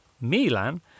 Milan